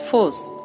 Force